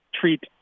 treat